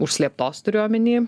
užslėptos turiu omeny